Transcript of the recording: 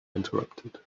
interrupted